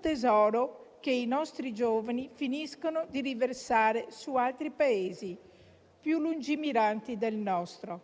tesoro che i nostri giovani finiscono di riversare su altri Paesi più lungimiranti del nostro.